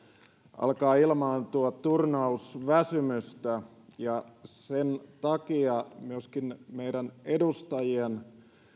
alkaa ilmaantua turnausväsymystä ja sen takia myöskin meidän edustajien ja